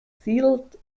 sealed